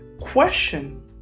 question